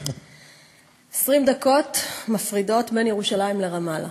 20 דקות מפרידות בין ירושלים לרמאללה.